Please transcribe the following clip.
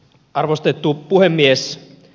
arvostettu puhemies